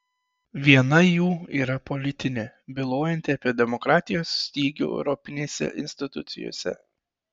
viena jų yra politinė bylojanti apie demokratijos stygių europinėse institucijose